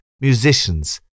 musicians